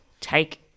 take